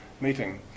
meeting